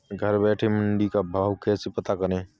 घर बैठे मंडी का भाव कैसे पता करें?